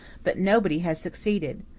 but nobody has succeeded.